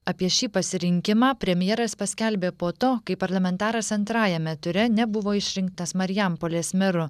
apie šį pasirinkimą premjeras paskelbė po to kai parlamentaras antrajame ture nebuvo išrinktas marijampolės meru